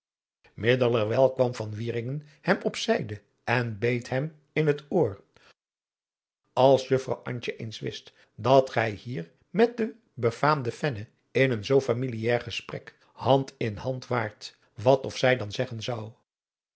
middelerwijl kwam van wieringen hem op zijde en beet hem in het oor als juffrouw adriaan loosjes pzn het leven van johannes wouter blommesteyn antje eens wist dat gij hier met de besaamde fenne in een zoo familiaar gesprek hand in hand waart wat of zij dan zeggen zou